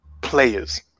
players